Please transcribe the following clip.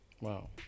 Wow